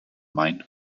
main